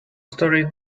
story